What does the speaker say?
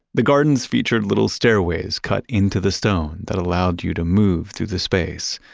the gardens featured little stairways cut into the stone that allowed you to move through the space.